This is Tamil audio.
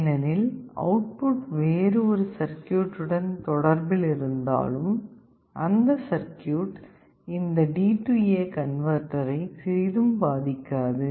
ஏனெனில் அவுட்புட் வேறு ஒரு சர்க்யூட் உடன் தொடர்பில் இருந்தாலும் அந்த சர்க்யூட் இந்த DA கன்வேர்டரை சிறிதும் பாதிக்காது